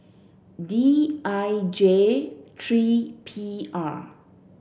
D I J three P R